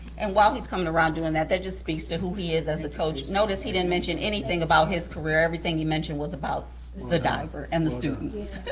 and while he's coming around doing that, that just speaks to who he is as a coach. notice he didn't mention anything about his career. everything he mentioned was about the diver and the students.